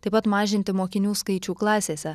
taip pat mažinti mokinių skaičių klasėse